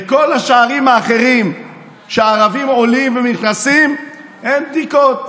בכל השערים האחרים שערבים עולים ונכנסים אין בדיקות.